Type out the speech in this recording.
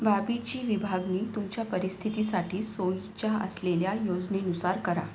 बाबीची विभागणी तुमच्या परिस्थितीसाठी सोयीच्या असलेल्या योजनेनुसार करा